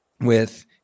with-